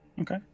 Okay